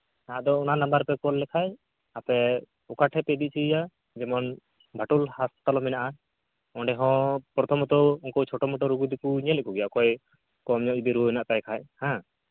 ᱟᱫᱚ ᱚᱱᱟ ᱱᱟᱢᱵᱟᱨ ᱨᱮᱯᱮ ᱠᱚᱞ ᱞᱮᱠᱷᱟᱡ ᱟᱯᱮ ᱚᱠᱟ ᱴᱷᱮᱡ ᱯᱮ ᱤᱫᱤ ᱦᱚᱪᱚᱭᱮᱭᱟ ᱡᱮᱢᱚᱱ ᱵᱷᱟᱴᱩᱞ ᱦᱟᱸᱥᱯᱟᱛᱟᱞ ᱦᱚᱸ ᱢᱮᱱᱟᱜᱼᱟ ᱚᱸᱰᱮ ᱦᱚᱸ ᱯᱨᱚᱛᱷᱚᱢᱚᱛᱚ ᱩᱱᱠᱩ ᱯᱷᱚᱴᱳ ᱢᱚᱴᱳ ᱨᱩᱜᱤ ᱫᱚᱠᱚ ᱧᱮᱞᱚᱫ ᱠᱚᱜᱮᱭᱟ ᱚᱠᱚᱭ ᱠᱚᱢ ᱡᱩᱫᱤ ᱨᱩᱣᱟᱹ ᱦᱮᱱᱟᱜ ᱛᱟᱭ ᱠᱷᱟᱡ ᱦᱮᱸ